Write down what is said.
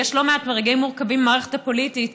ויש לא מעט רגעים מורכבים במערכת הפוליטית,